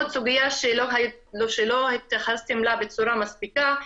עוד סוגיה שלא התייחסתם אליה בצורה מספיקה,